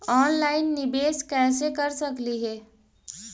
Online निबेस कैसे कर सकली हे?